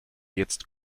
jetzt